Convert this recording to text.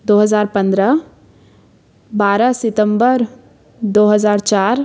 दो हज़ार पन्द्रह बारह सितम्बर दो हज़ार चार